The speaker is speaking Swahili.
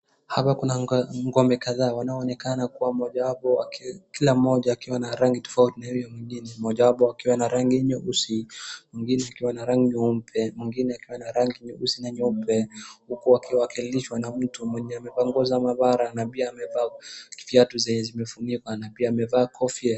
Hapa kuna nga, kuna ng'ombe kadhaa wanaonekana kuwa mmoja wapo aki, kila mmoja akiwa na rangi tofauti na huyo mwingine. Mojawapo akiwa na rangi nyeusi, mwingine akiwa na rangi nyeupe, mwingine akiwa na rangi nyeusi na nyeupe, huku wakiwa, wakilishwa na mtu mwenye amevaa nguo za maabara na pia amevaa viatu zenye zimefunikwa, na pia amevaa kofia.